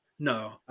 No